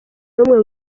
numwe